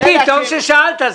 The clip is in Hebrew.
טוב ששאלת.